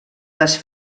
les